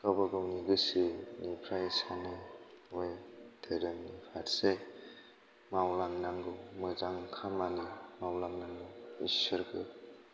गावबागाव नि गोसोनिफ्राय सानो आरो धोरोमनि फारसे मावलां नांगौ मोजां खामानि मावलां नांगौ इसोरखौ